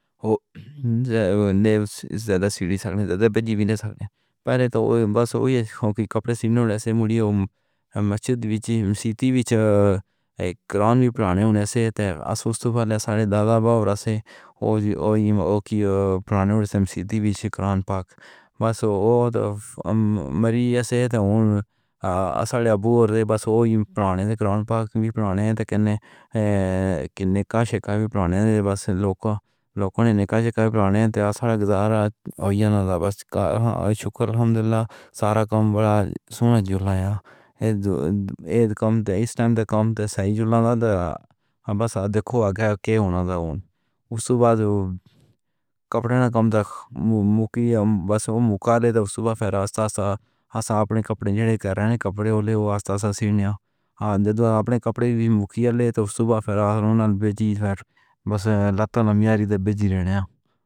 اے نے زیادہ سے زیادہ بجے بھی نہ سکتے ہیں۔ پہلے تو بس کپڑے سنو لیں اسی موری مسجد وچ سیٹی وچ ایک قرآن پڑھانیوں نے۔ اسے اس وقت پہلے سارے دادا باپ رہے اور وہیں پڑھانے میں سیتی وی چ کرن۔ پاک بس وہ مرے اسے اس کے ابو اور بس وہی پڑھانے دے کر پاک بھی بنانے۔ تاکہ کننے کے نکاح شیکہ بھی بنانے دے۔ بس لوکا لوکوں نے نکاح کا پلان تھا۔ گزار آج ہے نہ بس شکر الحمدللہ۔ سارا کام بڑا سنہ جولای یا کم دے اس ٹائم پر کم سائی جولائی تا۔ بس دیکھو آگے کے ہونا ہے۔ صبح کپڑے نہ کم دے کی بس وہ منہ کر لیتا ہے۔ تو فیر استعصار سے اپنے کپڑے جینے کے کپڑے والی سینیاں جدوں ہیں۔ اپنے کپڑے بھی منقیہ لیتا ہے۔ تو صبح پھر بیجی بس لطا لمیاری دے بیجی رہے ہیں۔